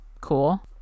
cool